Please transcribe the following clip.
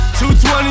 220